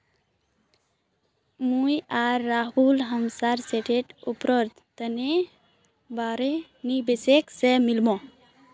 मुई आर राहुल हमसार स्टार्टअपेर तने बोरो निवेशक से मिलुम